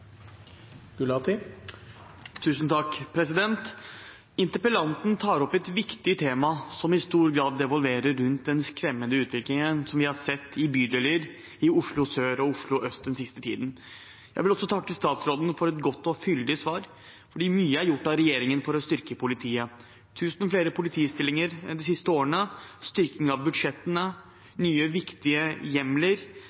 Interpellanten tar opp et viktig tema, som i stor grad kretser rundt den skremmende utviklingen som vi har sett i bydeler i Oslo sør og Oslo øst den siste tiden. Jeg vil også takke statsråden for et godt og fyldig svar, for mye er gjort av regjeringen for å styrke politiet: tusen flere politistillinger de siste årene, styrking av